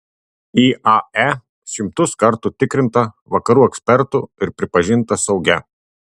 iae šimtus kartų tikrinta vakarų ekspertų ir pripažinta saugia